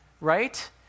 right